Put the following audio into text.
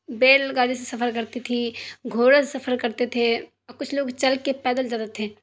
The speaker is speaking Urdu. بیل گاڑی سے سفر کرتی تھی گھوڑا سے سفر کرتے تھے اور کچھ لوگ چل کے پیدل چلتے تھے